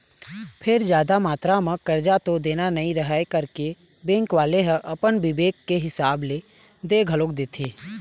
फेर जादा मातरा म करजा तो देना नइ रहय करके बेंक वाले ह अपन बिबेक के हिसाब ले दे घलोक देथे